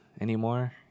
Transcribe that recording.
anymore